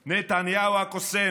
נתניהו הקוסם